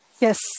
Yes